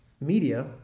media